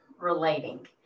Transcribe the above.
relating